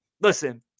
Listen